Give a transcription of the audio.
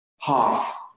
half